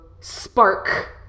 spark